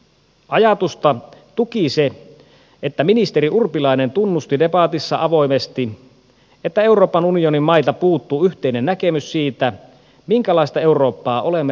ajatusta tuki se että ministeri urpilainen tunnusti debatissa avoimesti että euroopan unionin mailta puuttuu yhteinen näkemys siitä minkälaista eurooppaa olemme rakentamassa